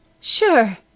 Sure